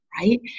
right